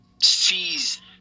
sees